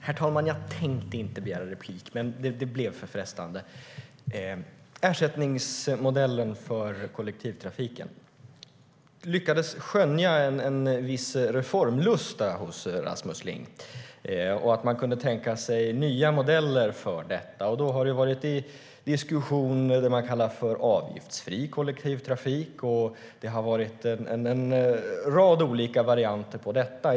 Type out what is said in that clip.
Herr talman! Jag tänkte inte begära replik, men det blev för frestande. Det handlar om ersättningsmodellen för kollektivtrafiken. Jag lyckades skönja en viss reformlusta hos Rasmus Ling och att man kunde tänka sig nya modeller för detta. Det har varit diskussion om det som man kallar för en avgiftsfri kollektivtrafik. Det har varit en rad olika varianter på detta.